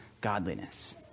godliness